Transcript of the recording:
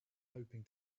hoping